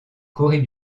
corée